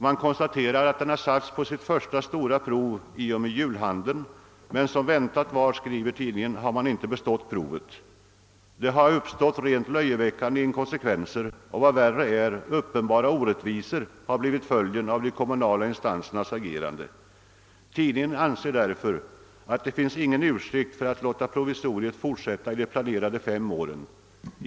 Man konstaterar att den satts på sitt första stora prov i och med julhandeln — men som väntat var — inte bestått provet. Rent löjeväckande inkonsekvenser och, vad värre är, uppenbara orättvisor har blivit följden av de kommunala instansernas agerande. Tidningen anser därför att det inte finns någon ursäkt för att låta provisoriet fortsätta i de planerade fem åren.